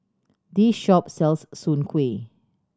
this shop sells soon kway